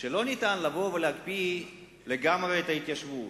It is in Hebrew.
שלא ניתן לבוא ולהקפיא לגמרי את ההתיישבות.